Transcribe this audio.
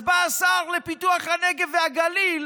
אז בא השר לפיתוח הנגב והגליל